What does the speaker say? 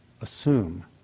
assume